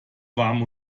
warm